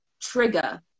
trigger